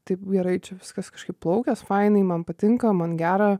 taip gerai čia viskas kažkaip plaukias fainiai man patinka man gera